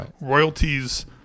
royalties